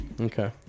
okay